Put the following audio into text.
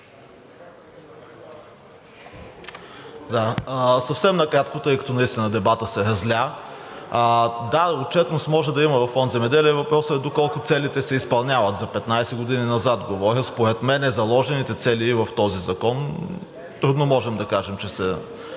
(ДБ): Съвсем накратко, тъй като наистина дебатът се разля. Да, отчетност може да има във Фонд „Земеделие“, въпросът е доколко целите се изпълняват, за 15 години назад говоря. Според мен заложените цели в този закон трудно можем да кажем, че са